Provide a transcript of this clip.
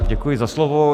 Děkuji za slovo.